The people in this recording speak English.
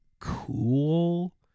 cool